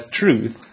truth